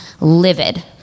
livid